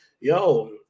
yo